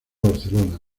barcelona